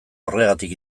horregatik